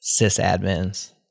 sysadmins